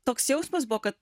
toks jausmas buvo kad